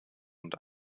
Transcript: und